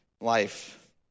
life